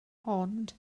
ond